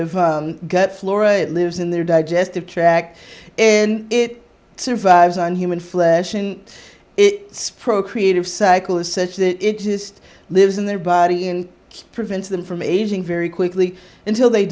of gut flora it lives in their digestive tract and it survives on human flesh and it's procreative cycle is such that it just lives in their body and prevents them from aging very quickly until they